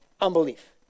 unbelief